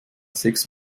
sechs